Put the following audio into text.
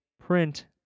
print